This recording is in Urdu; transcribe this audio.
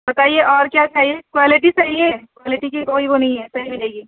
بتائیے اور کیا چاہیے کوالٹی چاہیے کوالٹی کی کوئی وہ نہیں ہے صحیح ملے گی